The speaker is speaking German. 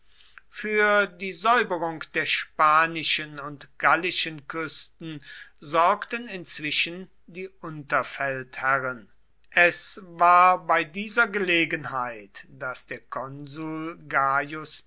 für die säuberung der spanischen und gallischen küsten sorgten inzwischen die unterfeldherren es war bei dieser gelegenheit daß der konsul